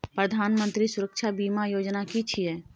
प्रधानमंत्री सुरक्षा बीमा योजना कि छिए?